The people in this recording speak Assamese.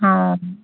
অঁ